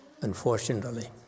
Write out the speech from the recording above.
unfortunately